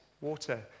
Water